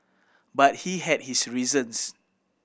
but he had his reasons